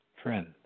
Friend